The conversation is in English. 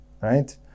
Right